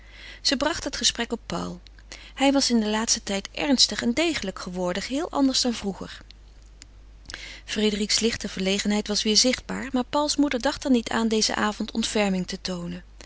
ze bracht het gesprek op paul hij was in den laatsten tijd ernstig en degelijk geworden geheel anders dan vroeger frédérique's lichte verlegenheid was weêr zichtbaar maar pauls moeder dacht er niet aan dezen avond ontferming te toonen